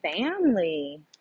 family